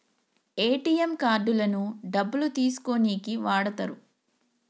ATM కార్డులను డబ్బులు తీసుకోనీకి వాడతరు